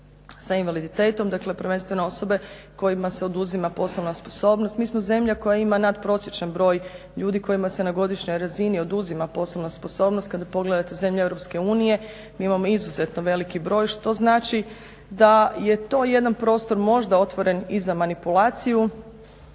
sa invaliditetom, dakle, prvenstveno osobe kojima se oduzima poslovna sposobnost. Mi smo zemlja koja ima nadprosječan broj ljudi kojima se na godišnjoj razini oduzima poslovna sposobnost. Kada pogledate zemlje EU, mi imamo izuzetno veliki broj, što znači da je to jedan prostor možda otvoren i za manipulaciju.